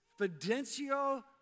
Fidencio